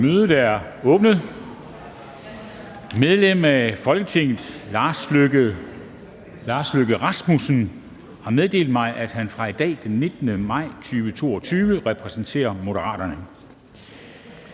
Mødet er åbnet. Medlem af Folketinget Lars Løkke Rasmussen (M) har meddelt mig, at han fra i dag, den 19. maj 2022, repræsenterer Moderaterne.